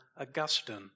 Augustine